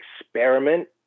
experiment